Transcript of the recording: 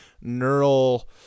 neural